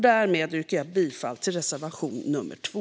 Därmed yrkar jag bifall till reservation nr 2.